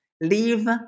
leave